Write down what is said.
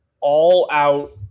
all-out